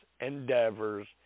endeavors